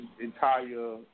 entire